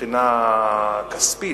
מבחינה כספית,